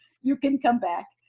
you can come back.